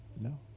No